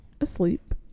asleep